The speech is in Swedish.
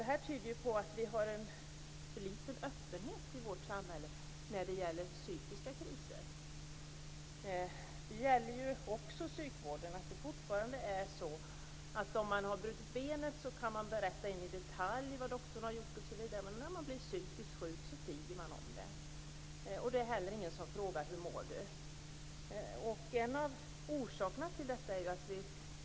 Det tyder på att vi har en för liten öppenhet i vårt samhälle för psykiska kriser. Har man brutit benet kan man berätta i detalj vad doktorn har gjort. Men man tiger om man blir psykiskt sjuk. Det är inte heller någon som frågar hur du mår.